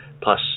plus